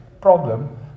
problem